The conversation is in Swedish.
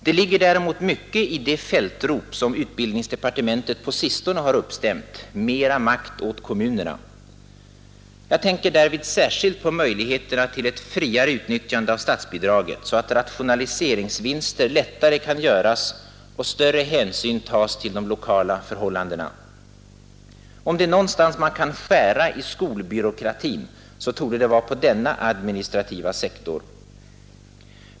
Det ligger däremot mycket i det fältrop som utbildningsdepartementet på sistone har uppstämt: Mera makt åt kommunerna! Jag tänker därvid särskilt på möjligheterna till ett friare utnyttjande av statsbidraget, så att rationaliseringsvinster lättare kan göras och större hänsyn tas till de lokala förhållandena. Om det är någonstans man kan skära i skolbyråkratin, så torde det vara på denna administrativa sektor.